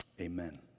Amen